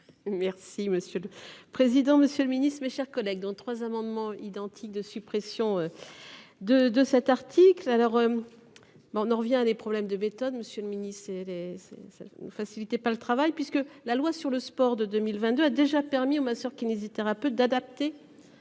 Merci monsieur le président, Monsieur le Ministre, mes chers collègues, dont trois amendements identiques de suppression. De de cet article alors. Ben on en revient à des problèmes de méthode. Monsieur le Ministre, c'est les c'est. Facilité pas le travail puisque la loi sur le sport de 2022 a déjà permis ou ma soeur kinésithérapeute d'adapter.